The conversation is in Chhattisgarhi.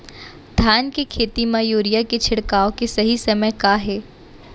धान के खेती मा यूरिया के छिड़काओ के सही समय का हे?